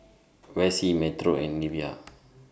Vessie Metro and Nevaeh